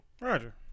Roger